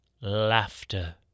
Laughter